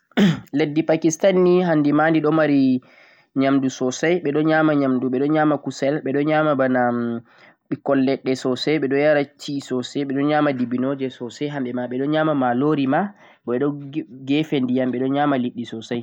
leddi Pakistan ni handi ma di ɗo mari nyamdu sosai, ɓe ɗon nyama nyamdu, ɓe ɗon nyama kusel, ɓe ɗon nyama bana ɓikkon leɗɗe sosai, ɓe ɗon yara tea sosai, ɓeɗon nyama dibinoje sosai hamɓe ma, ɓe ɗon nyama malori ma, bo ɓe ɗon gefe ndiyam ɓe ɗon nyama liɗɗi sosai.